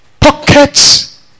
Pockets